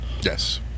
Yes